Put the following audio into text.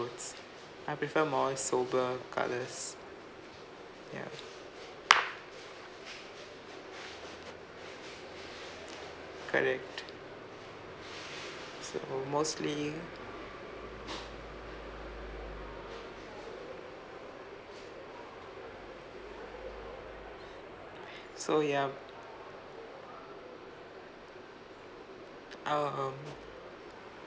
I prefer more sober colours ya correct so mostly so ya I'll um